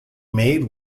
made